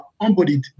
embodied